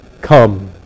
come